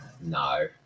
No